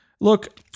Look